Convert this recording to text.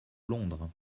londres